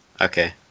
Okay